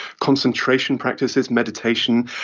concentration practices, meditation,